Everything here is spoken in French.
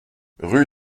rue